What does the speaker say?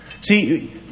See